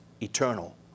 eternal